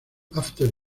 after